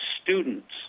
students